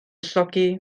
llogi